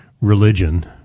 religion